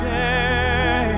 day